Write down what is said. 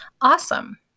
awesome